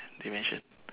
they mention